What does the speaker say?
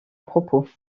propos